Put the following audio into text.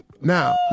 Now